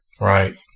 Right